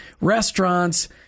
restaurants